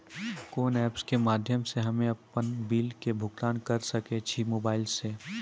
कोना ऐप्स के माध्यम से हम्मे अपन बिल के भुगतान करऽ सके छी मोबाइल से?